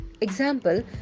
Example